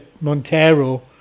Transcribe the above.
Montero